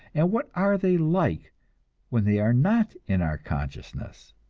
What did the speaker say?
and what are they like when they are not in our consciousness,